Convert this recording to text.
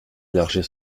élargir